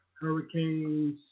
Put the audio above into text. hurricanes